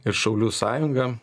ir šaulių sąjunga